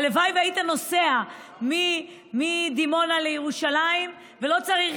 הלוואי שהיית נוסע מדימונה לירושלים ולא צריך